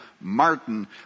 Martin